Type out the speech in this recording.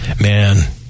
Man